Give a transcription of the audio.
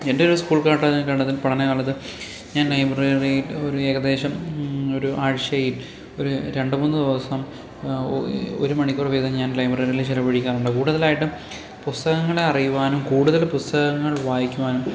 എൻ്റെയൊരു സ്കൂൾ കാലഘട്ടത്ത് പഠനകാലത്ത് ഞാൻ ലൈബ്രറിയില് ഒരു ഏകദേശം ഒരു ആഴ്ച്ചയിൽ ഒര് രണ്ടു മൂന്ന് ദിവസം ഒരു മണിക്കൂര് വീതം ഞാൻ ലൈബ്രറിയില് ചെലവഴിക്കാറുണ്ട് കൂടുതലായിട്ടും പുസ്തകങ്ങളെ അറിയുവാനും കൂടുതൽ പുസ്തകങ്ങൾ വായിക്കുവാനും